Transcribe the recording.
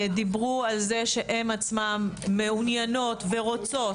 שדיברו על זה שהם עצמן מעוניינות ורוצות.